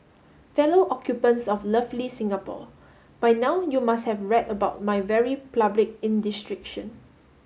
fellow occupants of lovely Singapore by now you must have read about my very public indiscretion